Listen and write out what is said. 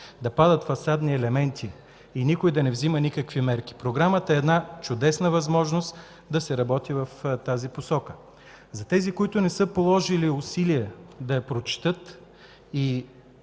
да падат фасадни елементи, и никой да не взема никакви мерки. Програмата е една чудесна възможност да се работи в тази посока. За тези, които не са положили усилия да я прочетат и